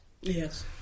Yes